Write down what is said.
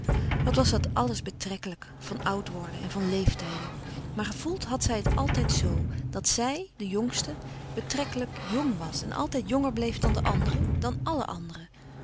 wat was dat alles betrekkelijk van oud worden en van leeftijden maar gevoeld had zij het altijd zoo dat zij de jongste betrekkelijk jong was en altijd jonger bleef dan de anderen dan alle anderen